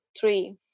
three